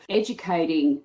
educating